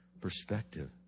perspective